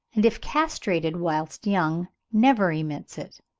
and if castrated whilst young never emits it.